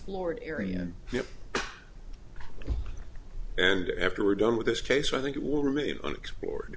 unexplored area and after we're done with this case i think it will remain unexplored